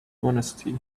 monastery